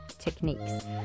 techniques